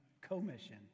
commission